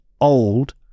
old